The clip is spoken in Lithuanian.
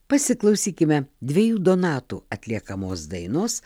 pasiklausykime dviejų donatų atliekamos dainos